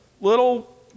little